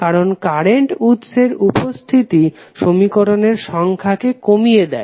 কারণ কারেন্ট উৎসের উপস্থিতি সমীকরণের সংখ্যা কে কমিয়ে দেয়